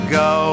go